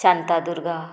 Shantadurga